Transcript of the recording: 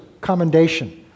commendation